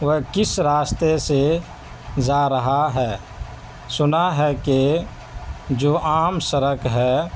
وہ کِس راستے سے جا رہا ہے سنا ہے کہ جو عام سڑک ہے